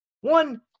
one